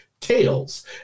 Tails